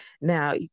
Now